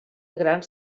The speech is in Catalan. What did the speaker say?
grans